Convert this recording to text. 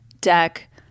deck